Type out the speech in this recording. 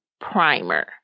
primer